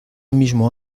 mismo